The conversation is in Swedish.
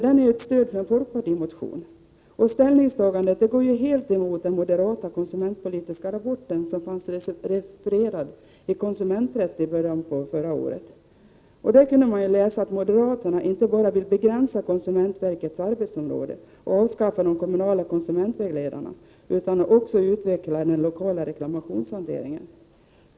Den är ju ett stöd för folkpartimotionen. Ställningstagandet går helt emot den moderata konsumentpolitiska rapporten, som fanns refererad i Konsumenträtt i början av förra året. Där kunde man läsa att moderaterna inte bara vill begränsa konsumentverkets arbetsområde och avskaffa de kommunala konsumentvägledarna, utan man ville också utveckla den lokala reklamationshanteringen.